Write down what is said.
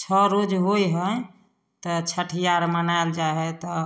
छओ रोज होइ हइ तऽ छठिआर मनाएल जाइ हँ तऽ